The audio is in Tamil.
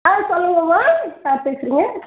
ஆ சொல்லுங்கம்மா யார் பேசுகிறீங்க